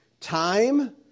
Time